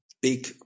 big